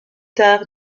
tard